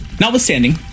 Notwithstanding